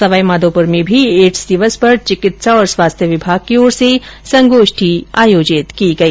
सवाईमाघोपुर में भी एड्स दिवस पर चिकित्सा और स्वास्थ्य विभाग की ओर से संगोष्ठी आयोजित की गई